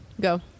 Go